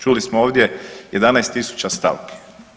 Čuli smo ovdje 11.000 stavki.